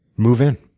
move in.